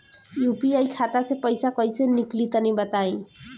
UPI खाता से पइसा कइसे निकली तनि बताई?